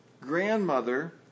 grandmother